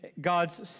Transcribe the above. God's